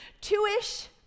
two-ish